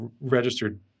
registered